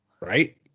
Right